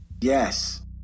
Yes